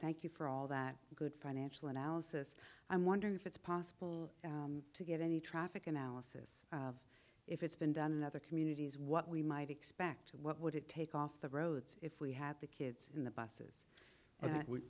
thank you for all that good financial analysis i'm wondering if it's possible to get any traffic analysis of if it's been done in other communities what we might expect what would it take off the roads if we had the kids in the buses and